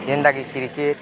ଯେନ୍ଟାକି କ୍ରିକେଟ୍